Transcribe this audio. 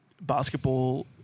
basketball